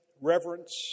reverence